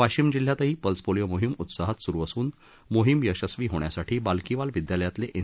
वाशिम जिल्ह्यातही pulse polio मोहीम उत्साहात सुरु असून मोहीम यशस्वी व्हावी यासाठी बाकलीवाल विद्यालयातले एन